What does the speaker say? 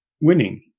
winning